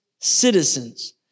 citizens